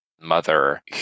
mother